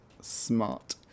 smart